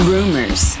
Rumors